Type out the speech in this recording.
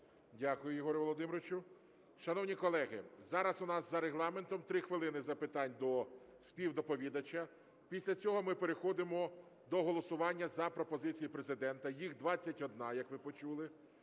Дякую, Єгоре Володимировичу. Шановні колеги, зараз у нас за регламентом 3 хвилини запитань до співдоповідача. Після цього ми переходимо до голосування за пропозиції Президента, їх 21, як ви почули.